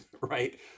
right